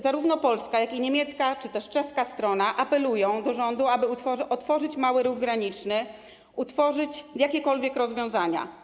Zarówno polska, jak i niemiecka czy też czeska strona apelują do rządu, aby otworzyć mały ruch graniczny, utworzyć jakiekolwiek rozwiązania.